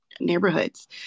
neighborhoods